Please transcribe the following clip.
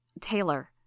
Taylor